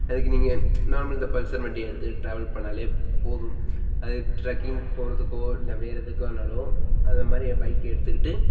அதுக்கு நீங்கள் நார்மல் இந்த பல்சர் வண்டியை எடுத்து ட்ராவல் பண்ணாலே போதும் அது ட்ரெக்கிங் போகிறதுக்கோ இல்லை வேறு எதுக்கானாலும் அது மாதிரி பைக்கை எடுத்துக்கிட்டு